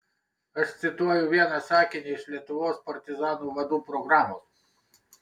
aš cituoju vieną sakinį iš lietuvos partizanų vadų programos